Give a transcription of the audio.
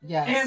Yes